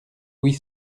huit